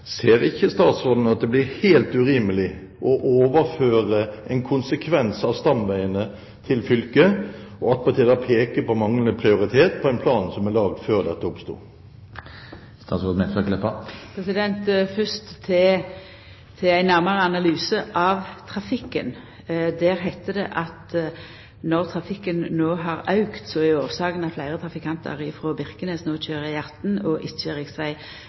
Ser ikke statsråden at det blir helt urimelig å overføre ansvaret for konsekvensene når det gjelder stamveiene, til fylket og attpåtil peke på manglende prioritet i en plan som er laget før dette oppsto? Fyrst til ein nærmare analyse av trafikken. Der heiter det at når trafikken no har auka, er årsaka at fleire trafikantar frå Birkenes køyrer E18 og ikkje